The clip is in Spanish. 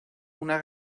una